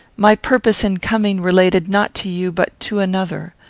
my purpose, in coming, related not to you, but to another.